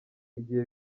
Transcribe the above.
igihe